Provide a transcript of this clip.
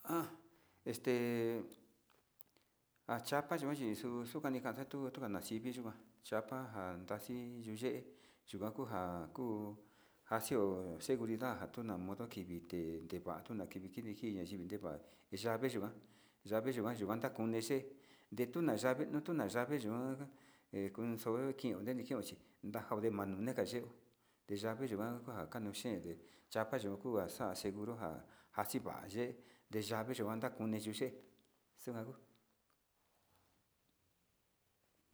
Nchapa ja ntasi in ye'e yuka ku ja ova'a ka sava to nai' kivi in vereyo te o in kaa ja ntakoneo ye'e te nu tuna yave manii. Kontasi ye'e chi ovre ntekeo nkuanyo ni ntakasio ye'eo te nkuanyo.